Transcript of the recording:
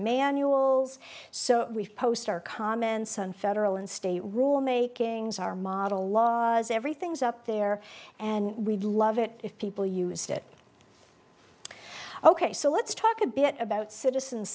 manuals so we've post our comments on federal and state rule makings our model laws everything's up there and we'd love it if people used it ok so let's talk a bit about citizen